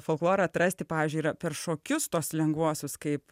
folklorą atrasti pavyzdžiui yra per šokius tuos lengvuosius kaip